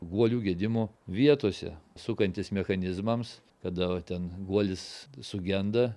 guolių gedimo vietose sukantis mechanizmams kada ten guolis sugenda